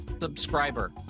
subscriber